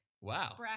Wow